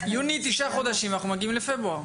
תשעה חודשים מיוני ואנחנו מגיעים לפברואר.